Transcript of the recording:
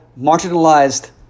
marginalized